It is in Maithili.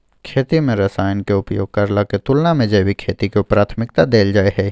खेती में रसायन के उपयोग करला के तुलना में जैविक खेती के प्राथमिकता दैल जाय हय